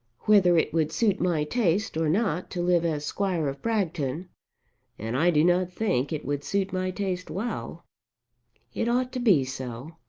whether it would suit my taste or not to live as squire of bragton and i do not think it would suit my taste well it ought to be so.